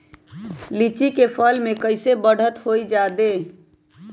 लिचि क फल म कईसे बढ़त होई जादे अच्छा?